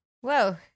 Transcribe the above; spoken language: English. whoa